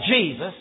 Jesus